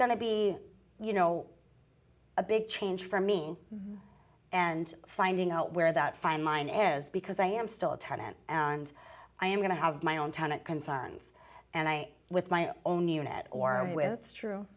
to be you know a big change for me and finding out where that fine line is because i am still a tenant and i am going to have my own tonic concerns and i with my own unit or with it's